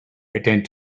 attend